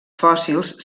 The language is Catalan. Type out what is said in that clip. fòssils